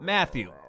Matthew